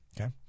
Okay